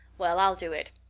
well, i'll do it.